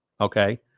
okay